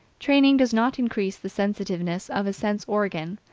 training does not increase the sensitiveness of a sense organ.